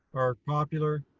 are popular.